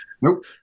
Nope